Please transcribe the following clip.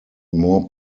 more